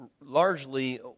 largely